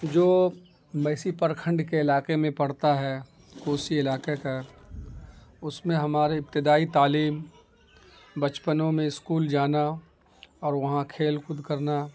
جو میسی پرکھنڈ کے علاقے میں پڑتا ہے کوسی علاقے کا اس میں ہمارے ابتدائی تعلیم بچپنوں میں اسکول جانا اور وہاں کھیل کود کرنا